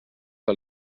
que